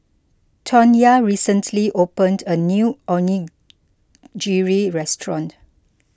Tawnya recently opened a new Onigiri restaurant